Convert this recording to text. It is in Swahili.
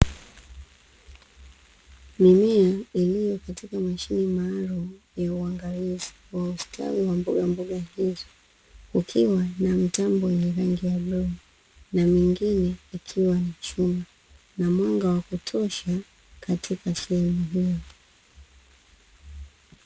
Mimea iliyo katika mashine maalumu ya uangalizi wa ustawi wa mbogamboga hizo. Ukiwa na mtambo wenye rangi ya bluu, na mingine ikiwa ni chuma. Na mwanga wa kutosha katika sehemu hiyo.